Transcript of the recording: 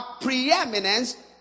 preeminence